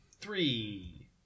Three